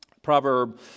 Proverb